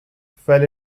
fell